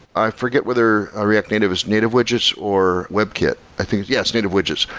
i forget whether ah react native is native widgets or webkit. i think yes, native widgets.